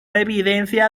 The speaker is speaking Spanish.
evidencia